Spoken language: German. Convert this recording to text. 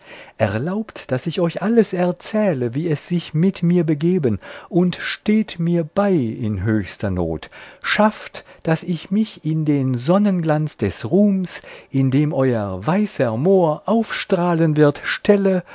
erlaubt daß ich euch alles erzähle wie es sich mit mir begeben und steht mir bei in höchster not schafft daß ich mich in den sonnenglanz des ruhms in dem euer weißer mohr aufstrahlen wird stelle